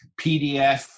PDF